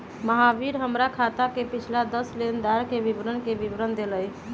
महावीर हमर खाता के पिछला दस लेनदेन के विवरण के विवरण देलय